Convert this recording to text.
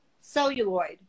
celluloid